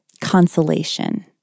consolation